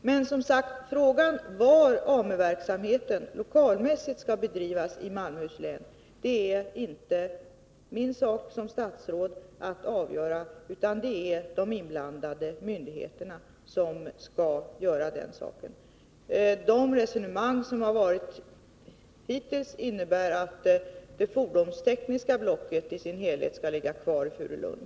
Det tillhör dock inte mina uppgifter som statsråd att avgöra hur AMU-verksamheten i Malmöhus län lokalmässigt skall bedrivas. Det är de inblandade myndigheterna som skall avgöra den saken. De resonemang som hittills förts innebär att det fordonstekniska blocket i dess helhet skall ligga kvar i Furulund.